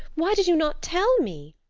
why did you not tell me?